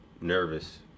nervous